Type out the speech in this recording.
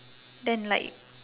then like